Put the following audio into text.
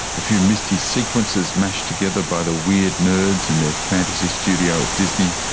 a few misty sequences mashed together by the weird nerds in their fantasy studio at disney.